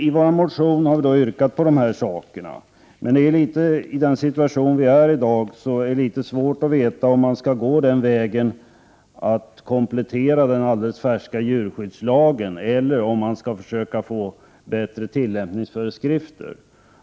I motionen har vi ställt de här yrkandena, men i dagens situation är det svårt att veta om man skall gå den vägen att man kompletterar den färska djurskyddslagen eller om man skall försöka få fram bättre tillämpningsföreskrifter.